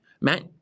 Matt